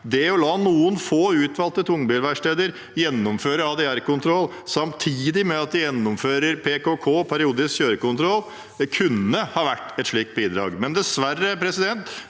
Det å la noen få utvalgte tungbilverksteder gjennomføre ADR-kontroll samtidig med at de gjennomfører periodisk kjøretøykontroll, PKK, kunne ha vært et slikt bidrag. Men dessverre ser det